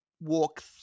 walk